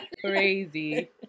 Crazy